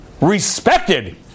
respected